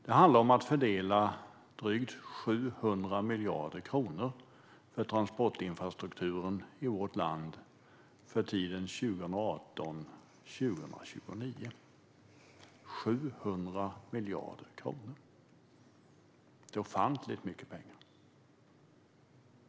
Det handlar om att fördela drygt 700 miljarder kronor för transportinfrastrukturen i vårt land för tiden 2018-2029. 700 miljarder kronor - det är ofantligt mycket pengar!